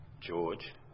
George